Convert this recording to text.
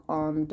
on